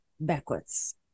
backwards